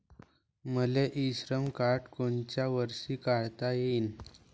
मले इ श्रम कार्ड कोनच्या वर्षी काढता येईन?